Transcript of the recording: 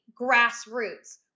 grassroots